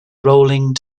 rolling